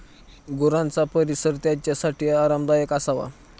गुरांचा परिसर त्यांच्यासाठी आरामदायक असावा